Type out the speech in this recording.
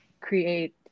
create